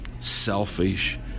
selfish